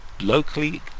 locally